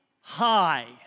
high